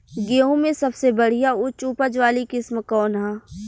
गेहूं में सबसे बढ़िया उच्च उपज वाली किस्म कौन ह?